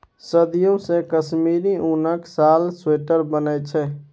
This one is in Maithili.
सदियों सँ कश्मीरी उनक साल, स्वेटर बनै छै